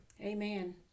Amen